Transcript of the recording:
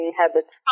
habits